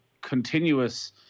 continuous